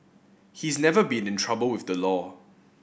he's never been in trouble with the law